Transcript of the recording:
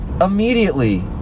Immediately